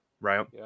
right